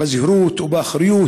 בזהירות ובאחריות?